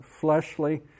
fleshly